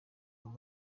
muri